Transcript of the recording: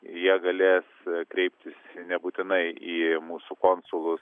jie galės kreiptis nebūtinai į mūsų konsulus